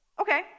Okay